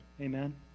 Amen